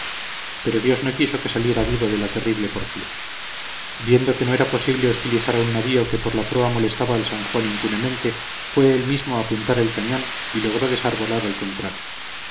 pero dios no quiso que saliera vivo de la terrible porfía viendo que no era posible hostilizar a un navío que por la proa molestaba al san juan impunemente fue él mismo a apuntar el cañón y logró desarbolar al contrario